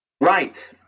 Right